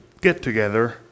get-together